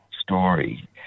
story